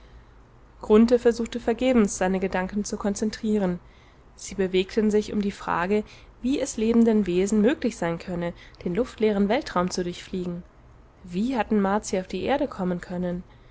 versuchte vergebens seine gedanken zu konzentrieren sie bewegten sich um die frage wie es lebenden wesen möglich sein könne den luftleeren weltraum zu durchfliegen wie hatten martier auf die erde kommen können